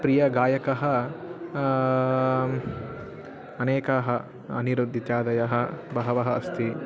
प्रियगायकः अनेकाः अनिरुद्धः इत्यादयः बहवः अस्ति